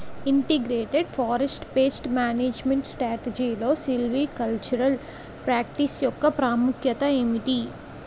Integrated forest pest management స్ట్రాటజీలో silvicultural practice యెక్క ప్రాముఖ్యత ఏమిటి??